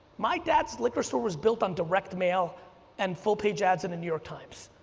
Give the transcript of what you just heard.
my dad's liquor store was built on direct mail and full page ads in the new york times.